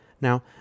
now